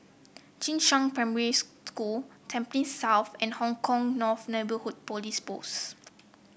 Jing Shan Primary School Tampines South and Hong Kah North Neighbourhood Police Post